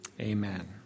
amen